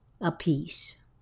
apiece